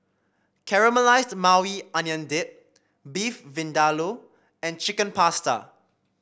Caramelized Maui Onion Dip Beef Vindaloo and Chicken Pasta